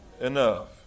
enough